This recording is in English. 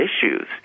issues